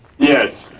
yes,